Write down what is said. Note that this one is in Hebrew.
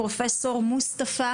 פרופ' מוסטפה